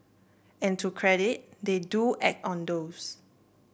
and to credit they do act on those